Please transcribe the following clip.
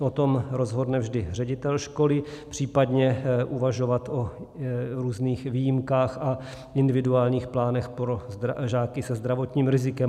O tom rozhodne vždy ředitel školy, případně uvažovat o různých výjimkách a individuálních plánech pro žáky se zdravotním rizikem.